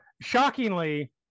Shockingly